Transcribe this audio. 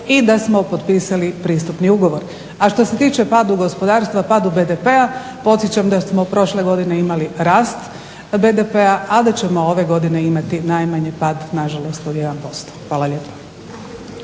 i da smo potpisali pristupni ugovor. A što se tiče padu gospodarstva padu BDP-a podsjećam da smo prošle godine imali rast BDP-a a da ćemo ove godine imati najmanje pad nažalost od 1%. Hvala lijepa.